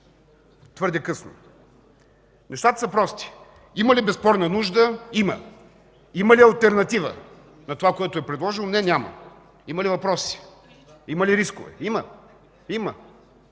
твърде късно. Нещата са прости. Има ли безспорна нужда? – Има! Има ли алтернатива на това, което е предложено? – Не, няма! Има ли въпроси? Има ли рискове? – Има,